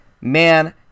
man